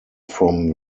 from